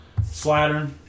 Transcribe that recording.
Slattern